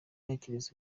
ntekereza